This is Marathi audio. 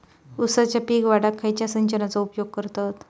ऊसाचा पीक वाढाक खयच्या सिंचनाचो उपयोग करतत?